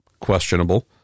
questionable